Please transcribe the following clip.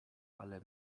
ale